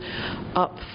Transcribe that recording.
up